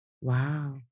wow